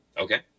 Okay